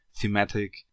thematic